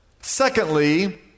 Secondly